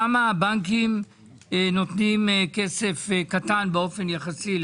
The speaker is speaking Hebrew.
שם הבנקים נותנים כסף קטן באופן יחסי.